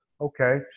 Okay